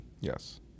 Yes